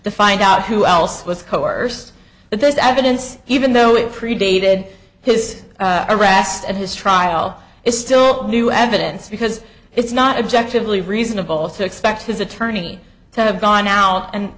find out who else was coerced but there's evidence even though it predated his arrest and his trial is still new evidence because it's not objective really reasonable to expect his attorney to have gone out and